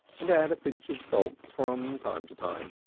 and add a pinch of salt from time to time.